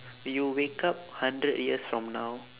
you wake up hundred years from now